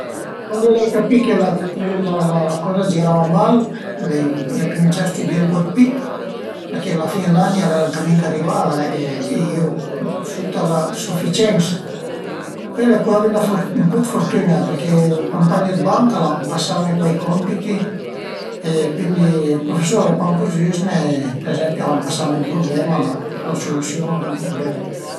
Cuandi l'ai capì che la la coza a girava mal l'ai cumincià a stüdié ën po dë pi perché la fin dë l'ani al era ën camin che arivava e i eru sut a la suficiensa, pöi l'ai co avü ën po dë furtün-a perché i cumpagn d'banch al an pasame cuai compiti e cuindi ël prufesur al e pa ëncurzuzne e për ezempi al an pasame ün problema, la sulüsiun d'ën problema